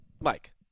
Mike